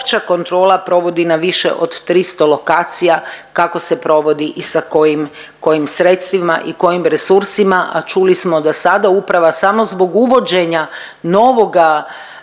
kontrola provodi na više od 300 lokacija, kako se provodi i sa kojim, kojim sredstvima i kojim resursima, a čuli smo da sada uprava samo zbog uvođenja novoga